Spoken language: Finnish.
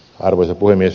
arvoisa puhemies